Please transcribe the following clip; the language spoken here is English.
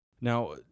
Now